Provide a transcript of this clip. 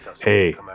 hey